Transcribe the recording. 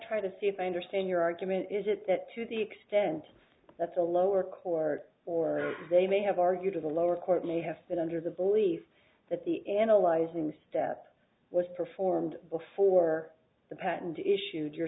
try to see if i understand your argument is it that to the extent that's a lower court or they may have argued to the lower court may have been under the belief that the analyzing step was performed before the patent issued you're